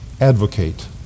Advocate